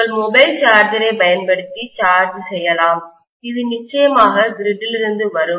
உங்கள் மொபைல் சார்ஜரைப் பயன்படுத்தி சார்ஜ் செய்யலாம் இது நிச்சயமாக கிரிட் லிருந்து வரும்